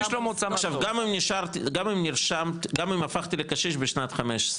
עכשיו גם אם הפכתי לקשיש בשנת 15,